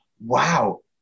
wow